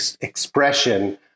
expression